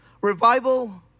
revival